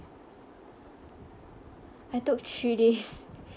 I took three days